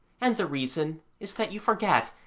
and the reason is that you forget,